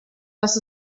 dass